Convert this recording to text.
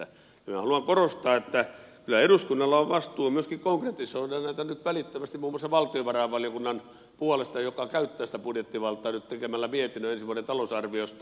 minä haluan korostaa että kyllä eduskunnalla on vastuu myöskin konkretisoida näitä nyt välittömästi muun muassa valtiovarainvaliokunnan puolesta joka käyttää sitä budjettivaltaa nyt tekemällä mietinnön ensi vuoden talousarviosta